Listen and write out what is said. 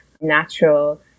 natural